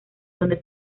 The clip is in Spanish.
donde